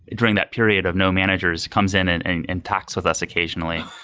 during that period of no managers comes in and and and tacks with us occasionally.